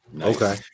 Okay